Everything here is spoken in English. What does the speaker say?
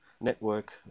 network